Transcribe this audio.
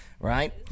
Right